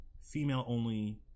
female-only